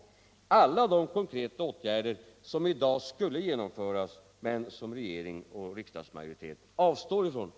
Där finns alla de konkreta åtgärder som i dag borde genomföras men som regeringen och riksdagsmajoriteten avstår från att genomföra.